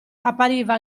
appariva